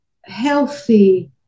healthy